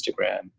Instagram